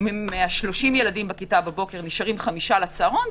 מה-30 ילדים בכיתה בבוקר נשארים 5 לצהרון,